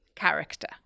character